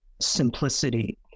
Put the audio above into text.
Simplicity